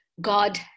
God